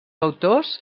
autors